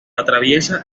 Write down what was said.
atraviesa